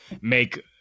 make